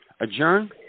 adjourn